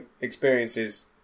experiences